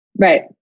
Right